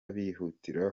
bihutira